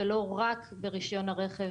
ולא רק ברישיון הרכב.